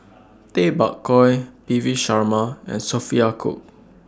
Tay Bak Koi P V Sharma and Sophia Cooke